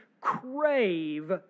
crave